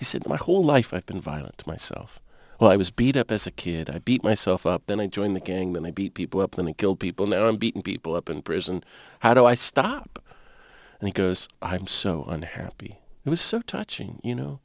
he said my whole life i've been violent to myself well i was beat up as a kid i beat myself up and i joined the gang then i beat people up and he killed people now i'm beating people up in prison how do i stop and he goes i'm so unhappy it was so touching you know